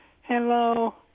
hello